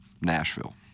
Nashville